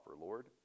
Lord